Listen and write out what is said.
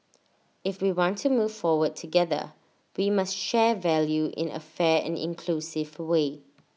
if we want to move forward together we must share value in A fair and inclusive way